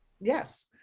Yes